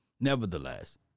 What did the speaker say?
Nevertheless